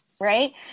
right